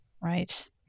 right